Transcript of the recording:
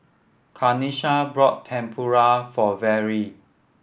Kanesha brought Tempura for Verle